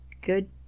good